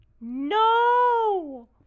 No